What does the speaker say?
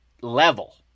Level